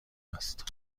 است